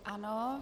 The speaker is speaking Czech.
Ano.